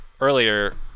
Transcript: earlier